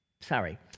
sorry